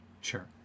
Sure